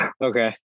Okay